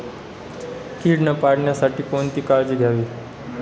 कीड न पडण्यासाठी कोणती काळजी घ्यावी?